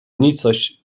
nicość